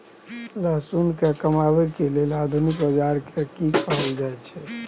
लहसुन के कमाबै के लेल आधुनिक औजार के कि कहल जाय छै?